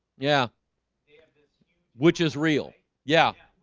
yeah yeah which is real? yeah